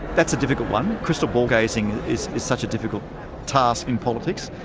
that's a difficult one. crystal ball gazing is is such a difficult task in politics.